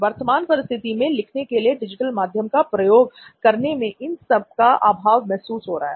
वर्तमान परिस्थिति में लिखने के लिए डिजिटल माध्यम का प्रयोग करने में इन सब का अभाव महसूस हो रहा है